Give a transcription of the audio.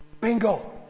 Bingo